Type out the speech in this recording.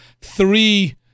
three